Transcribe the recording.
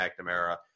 McNamara